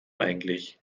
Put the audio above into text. eigentlich